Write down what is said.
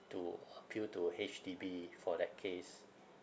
to appeal to H_D_B for that case